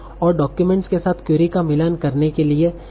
और डाक्यूमेंट्स के साथ क्वेरी का मिलान करने के लिए